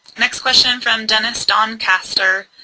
next question from dennis doncaster,